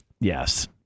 Yes